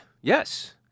yes